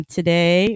Today